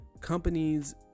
companies